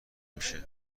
میشه